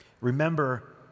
Remember